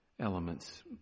elements